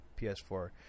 PS4